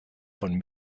von